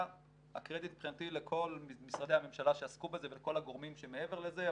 הקרדיט מבחינתי לכל משרדי הממשלה שעסקו בזה וכל הגורמים שמעבר לזה,